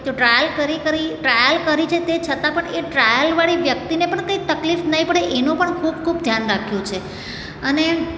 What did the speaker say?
એ તો ટ્રાયલ કરી કરી ટ્રાયલ કરી છે તે છતાં પણ એ ટ્રાયલવાળી વ્યક્તિને પણ કંઈ તકલીફ ન પડે એનું પણ ખૂબ ખૂબ ધ્યાન રાખ્યું છે અને